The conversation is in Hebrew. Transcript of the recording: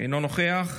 אינו נוכח.